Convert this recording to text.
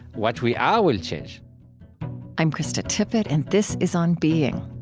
what we are will change i'm krista tippett, and this is on being